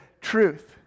truth